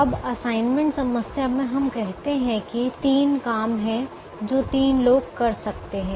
अब असाइनमेंट समस्या में हम कहते हैं कि तीन काम है जो तीन लोग कर सकते है